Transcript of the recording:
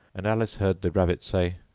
and alice heard the rabbit say,